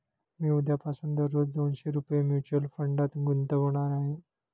मी उद्यापासून दररोज दोनशे रुपये म्युच्युअल फंडात गुंतवणार आहे